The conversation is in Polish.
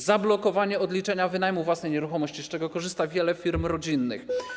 Zablokowanie odliczenia wynajmu własnej nieruchomości, z czego korzysta wiele firm rodzinnych.